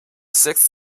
six